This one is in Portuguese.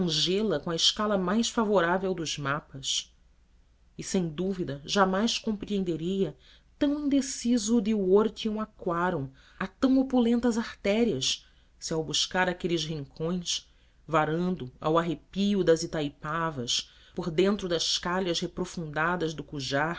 abrangê la com a escala mais favorável dos mapas e sem dúvida jamais compreenderia tão indeciso divortium aquarum a tão opulentas artérias se ao buscar aqueles rincões varando ao arrepio das itaipavas por dentro das calhas reprofundadas do cujar